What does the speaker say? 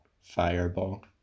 fireball